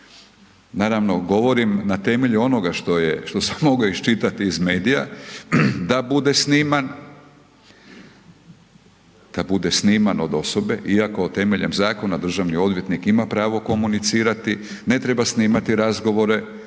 naravno, govorim na temelju onoga što je, što sam mogao iščitati iz medija, da bude sniman, da bude sniman od osobe, iako temeljem zakona državni odvjetnik ima pravo komunicirati, ne treba snimati razgovore